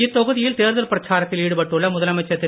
இத் தொகுதியில் தேர்தல் பிரச்சாரத்தில் ஈடுபட்டுள்ள முதலமைச்சர் திரு